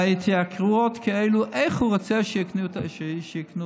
בהתייקרויות כאלה, איך הוא רוצה שיקנו תרופות?